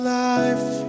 life